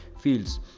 fields